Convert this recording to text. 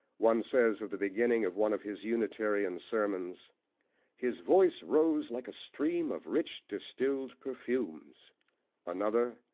one says, of the beginning of one of his unitarian sermons his voice rose like a stream of rich, distilled perfumes another,